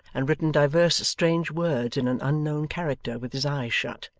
and written divers strange words in an unknown character with his eyes shut,